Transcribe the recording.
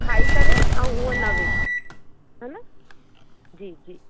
खाई करे ऐं हू नवें हा न जी जी